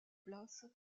place